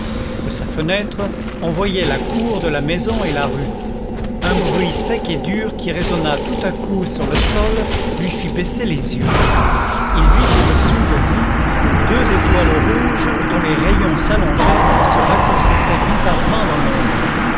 de sa fenêtre on voyait la cour de la maison et la rue un bruit sec et dur qui résonna tout à coup sur le sol lui fit baisser les yeux il vit au-dessous de lui deux étoiles rouges dont les rayons s'allongeaient et se raccourcissaient bizarrement dans l'ombre